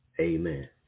Amen